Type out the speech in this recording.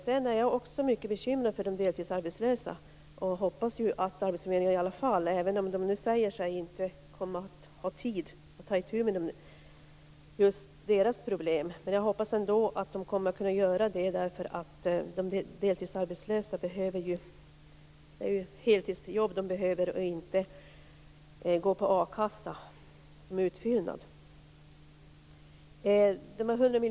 Jag är också mycket bekymrad över de deltidsarbetslösa och hoppas att arbetsförmedlingen, även om man säger att man inte kommer att ha tid att ta itu med just deras problem, ändå kommer att göra det, eftersom de deltidsarbetslösa behöver heltidsjobb för att slippa gå på a-kassa som utfyllnad.